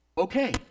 Okay